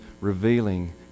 revealing